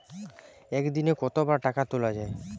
একদিনে কতবার টাকা তোলা য়ায়?